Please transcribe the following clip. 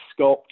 sculpt